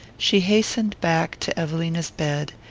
she hastened back to evelina's bed,